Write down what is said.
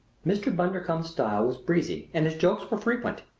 mr. bundercombe's style was breezy and his jokes were frequent.